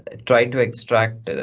try to extract,